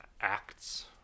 acts